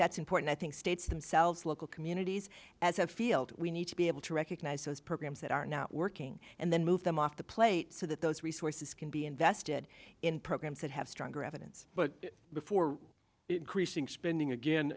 that's important i think states themselves local communities as a field we need to be able to read those programs that are now working and then move them off the plate so that those resources can be invested in programs that have stronger evidence but before increasing spending again